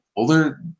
older